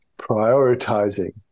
prioritizing